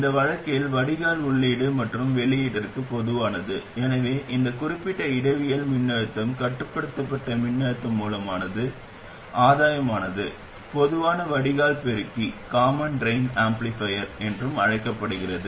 இந்த வழக்கில் வடிகால் உள்ளீடு மற்றும் வெளியீட்டிற்கு பொதுவானது எனவே இந்த குறிப்பிட்ட இடவியல் மின்னழுத்தம் கட்டுப்படுத்தப்பட்ட மின்னழுத்த மூலமான ஆதாயமானது பொதுவான வடிகால் பெருக்கி என்றும் அழைக்கப்படுகிறது